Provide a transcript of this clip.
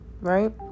right